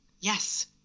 Yes